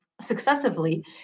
successively